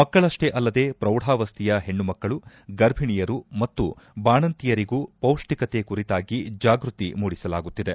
ಮಕ್ಕಳಷ್ಷೇ ಅಲ್ಲದೆ ಪ್ರೌಢಾವಸ್ಥೆಯ ಪೆಣ್ಣಮಕ್ಕಳು ಗರ್ಭಿಣಿಯರು ಮತ್ತು ಬಾಣಂತಿಯರಿಗೂ ಪೌಷ್ಟಿಕತೆ ಕುರಿತಾಗಿ ಜಾಗ್ಯತಿ ಮೂಡಿಸಲಾಗುತ್ತಿದೆ